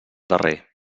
darrer